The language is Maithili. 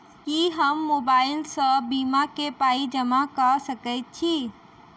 की हम मोबाइल सअ बीमा केँ पाई जमा कऽ सकैत छी?